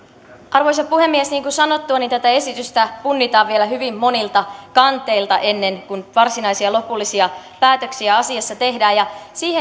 arvoisa puhemies niin kuin sanottu tätä esitystä punnitaan vielä hyvin monilta kanteilta ennen kuin varsinaisia lopullisia päätöksiä asiassa tehdään